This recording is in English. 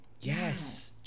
yes